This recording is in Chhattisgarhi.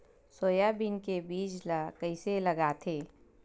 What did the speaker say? सोयाबीन के बीज ल कइसे लगाथे?